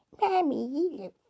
Mommy